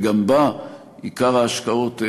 וגם בה עיקר ההשקעות,